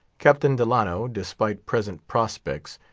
captain delano, despite present prospects,